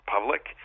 public